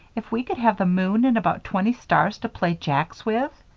if we could have the moon and about twenty stars to play jacks with?